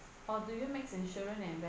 or do you makes insurance inve~